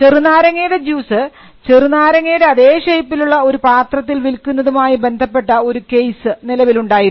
ചെറുനാരങ്ങയുടെ ജ്യൂസ് ചെറുനാരങ്ങയുടെ അതേ ഷേപ്പിലുള്ള ഒരു പാത്രത്തിൽ വിൽക്കുന്നതും ആയി ബന്ധപ്പെട്ട ഒരു കേസ് നിലവിലുണ്ടായിരുന്നു